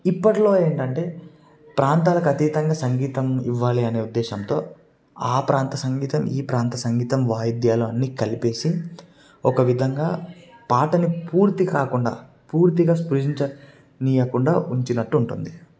ఇప్పట్లో ఏంటంటే ప్రాంతాలకు అతీతంగా సంగీతం ఇవ్వాలని అనే ఉద్దేశంతో ఆ ప్రాంత సంగీతం ఈ ప్రాంత సంగీతం వాయిద్యాలు అన్నీ కలిపేసి ఒక విధంగా పాటను పూర్తికాకుండా పూర్తిగా స్పృశించ నియ్యకుండా ఉంచినట్టు ఉంటుంది